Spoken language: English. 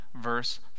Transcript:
verse